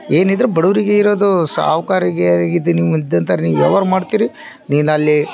ಏನಿದ್ರು ಬಡೂರಿಗೆ ಇರೋದು ಸಾವ್ಕಾರಿಗೆರಿಗ ಇದು ನಿಮ್ಮಿಗಿದಂಥವ್ರ್ ನೀವು ವ್ಯವಹಾರ ಮಾಡ್ತಿರಿ ನೀನಲ್ಲಿ